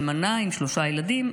אלמנה עם שלושה ילדים,